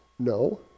No